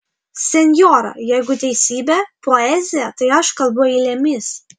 senjora jeigu teisybė poezija tai aš kalbu eilėmis